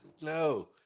no